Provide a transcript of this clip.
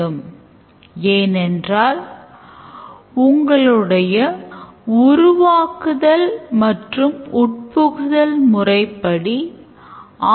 Course offering அல்லது course ஐ தேர்வு செய்யும்போது அவர் catalog ஐ request செய்வார்